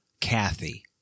Kathy